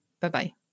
Bye-bye